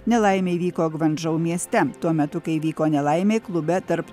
nelaimė įvyko gvandžau mieste tuo metu kai įvyko nelaimė klube tarp